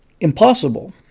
impossible